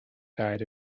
died